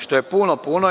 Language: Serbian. Što je puno - puno je.